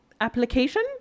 application